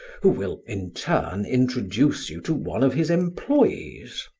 who will in turn introduce you to one of his employees.